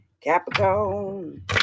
Capricorn